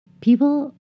People